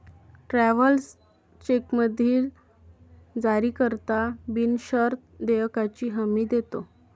travellers चेकमधील जारीकर्ता बिनशर्त देयकाची हमी देतो